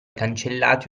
cancellati